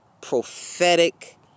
prophetic